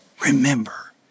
Remember